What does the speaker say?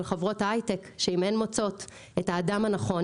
חברות היי-טק שאם הן מוצאות את האדם נכון